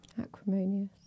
Acrimonious